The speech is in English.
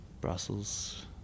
Brussels